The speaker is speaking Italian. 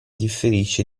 differisce